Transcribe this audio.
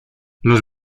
los